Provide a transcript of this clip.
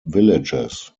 villages